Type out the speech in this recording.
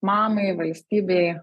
mamai valstybei